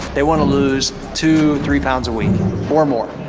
they want to lose two, three pounds a week or more.